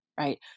Right